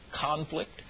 conflict